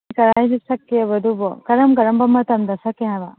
ꯀꯗꯥꯏꯗ ꯁꯛꯀꯦꯕ ꯑꯗꯨꯕꯣ ꯀꯔꯝ ꯀꯔꯝꯕ ꯃꯇꯝꯗ ꯁꯛꯀꯦ ꯍꯥꯏꯕ